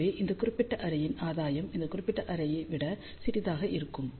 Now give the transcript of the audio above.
எனவே இந்த குறிப்பிட்ட அரேயின் ஆதாயம் இந்த குறிப்பிட்ட அரேயை விட சிறியதாக இருக்கும்